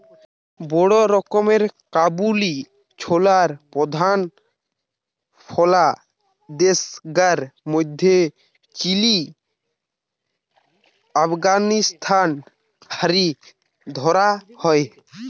বড় রকমের কাবুলি ছোলার প্রধান ফলা দেশগার মধ্যে চিলি, আফগানিস্তান হারি ধরা হয়